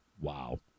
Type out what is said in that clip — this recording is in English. Wow